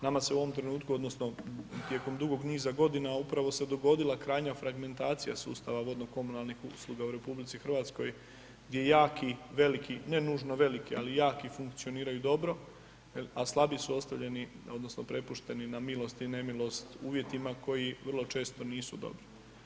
Nama se u ovom trenutku odnosno tijekom dugog niza godina upravo se dogodila krajnja fragmentacija sustava vodno-komunalnih usluga u Rh gdje jaki, veliki, ne nužno veliki ali jako funkcioniraju dobro a slabiji su ostavljeni odnosno prepušteni na milost i nemilosti uvjetima koji vrlo često nisu dobri.